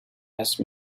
asked